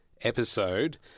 episode